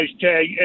tag